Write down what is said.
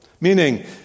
Meaning